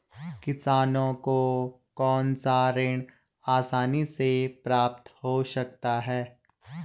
किसानों को कौनसा ऋण आसानी से प्राप्त हो सकता है?